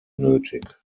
nötig